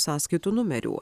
sąskaitų numerių